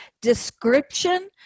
description